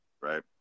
Right